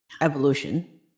evolution